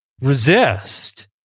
resist